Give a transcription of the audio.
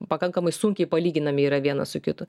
pakankamai sunkiai palyginami yra vienas su kitu